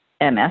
MS